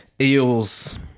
eels